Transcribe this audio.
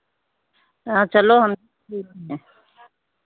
हाँ चलो हम हैं